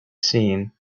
seen